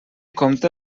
compte